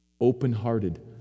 Open-hearted